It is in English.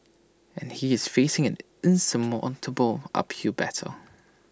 and he is facing an insurmountable uphill battle